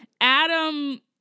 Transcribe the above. Adam